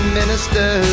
minister